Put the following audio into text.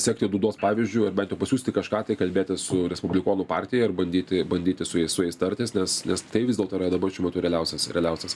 sekti dūdos pavyzdžiu ar bent jau pasiųsti kažką tai kalbėti su respublikonų partija ir bandyti bandyti su jais su jais tartis nes nes tai vis dėlto yra dabar šiuo metu realiausias realiausias